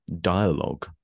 dialogue